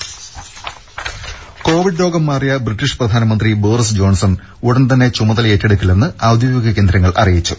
രുദ കോവിഡ് രോഗം മാറിയ ബ്രിട്ടീഷ് പ്രധാനമന്ത്രി ബോറിസ് ജോൺസൺ ഉടൻ തന്നെ ചുമതലയേറ്റെടുക്കില്ലെന്ന് ഔദ്യോഗിക കേന്ദ്രങ്ങൾ അറിയിച്ചു